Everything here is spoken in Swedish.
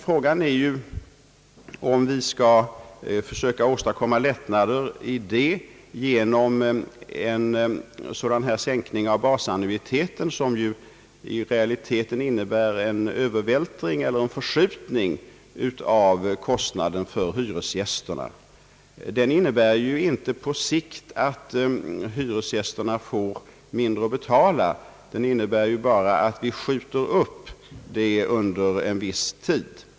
Frågan är om vi skall försöka åstadkomma lättnader genom en sänkning av basannuiteten, vilket i realiteten innebär en förskjutning av kostnaderna för hyresgästerna. En sådan sänkning innebär ju på sikt inte att hyresgästerna får betala mindre — den innebär bara att vi skjuter upp en del av betalningen viss tid.